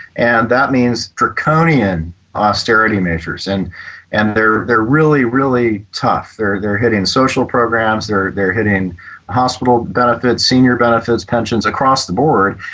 and that means draconian austerity measures. and and they're they're really, really tough they're they're hitting social programs, they're they're hitting hospital benefits, senior benefits, pensions across the board.